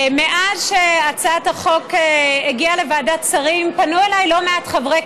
מאז שהצעת החוק הגיעה לוועדת שרים פנו אליי לא מעט חברי